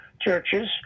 churches